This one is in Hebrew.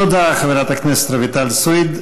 תודה לחברת הכנסת רויטל סויד.